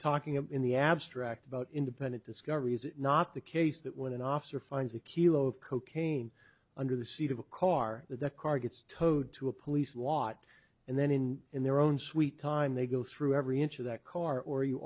about in the abstract about independent discovery is not the case that when an officer finds a kilo of cocaine under the seat of a car that the car gets towed to a police lot and then in in their own sweet time they go through every inch of that car or you